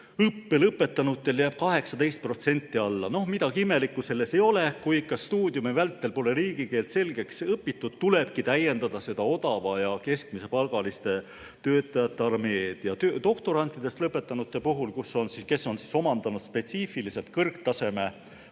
lõpetanutel jääb see 18% alla. Midagi imelikku selles ei ole. Kui ikka stuudiumi vältel pole riigikeelt selgeks õpitud, tulebki täiendada seda väikese- ja keskmisepalgaliste töötajate armeed. Doktorantidest lõpetanute puhul, kes on omandanud spetsiifilised kõrgtasemeoskused,